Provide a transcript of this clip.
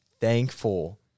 thankful